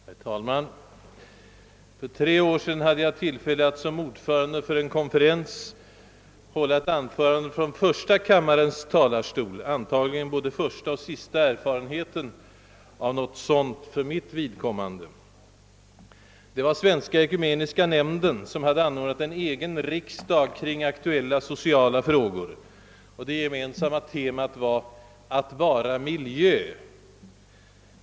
Herr talman! För tre år sedan hade jag tillfälle att som ordförande för en konferens hålla ett anförande från första kammarens talarstol — antagligen både första och sista erfarenheten av något sådant för mitt vidkommande. Det var Svenska ekumeniska nämnden som hade anordnat en egen riksdag kring aktuella sociala frågor, och det gemensamma temat var »Att vara miljö».